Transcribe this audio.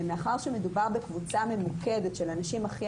מאחר שמדובר בקבוצה ממוקדת של הנשים הכי